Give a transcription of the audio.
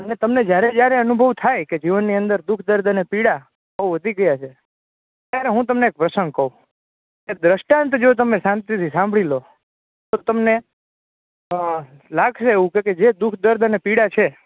અને તમને જયારે જયારે અનુભવ થાય કે જીવનની અંદર દુઃખ દર્દ અને પીડા બહુ વધી ગયા છે ત્યારે હું તમને એક પ્રસંગ કહું કે દ્રષ્ટાંત જો તમે શાંતિથી સાંબળી લો તો તમને લાગશે એવું કે કે જે દુઃખ દર્દ અને પીડા છે